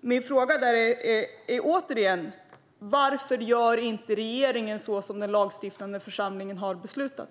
Min fråga är därför åter: Varför gör inte regeringen som den lagstiftande församlingen har beslutat?